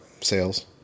sales